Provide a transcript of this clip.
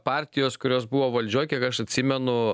partijos kurios buvo valdžioj kiek aš atsimenu